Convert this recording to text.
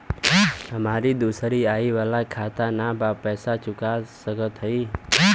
हमारी दूसरी आई वाला खाता ना बा पैसा चुका सकत हई?